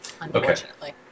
Unfortunately